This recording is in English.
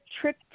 trip